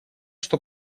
что